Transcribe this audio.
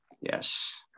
Yes